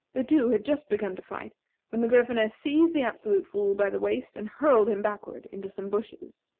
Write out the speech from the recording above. the two had just begun to fight when the gryphoness seized the absolute fool by the waist and hurled him backward into some bushes.